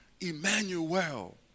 Emmanuel